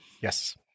Yes